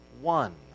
One